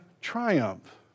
triumph